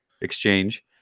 exchange